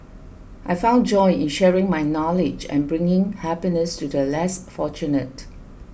I found joy in sharing my knowledge and bringing happiness to the less fortunate